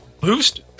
Boost